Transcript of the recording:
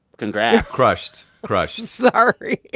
congrats crushed. crushed sorry.